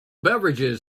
beverages